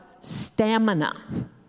stamina